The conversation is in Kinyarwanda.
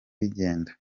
bigenda